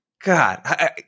God